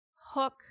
hook